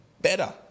better